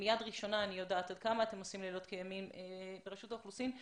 אני יודעת מיד ראשונה עד כמה את עושים לילות כימים ברשות האוכלוסין.